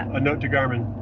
a note to garmin.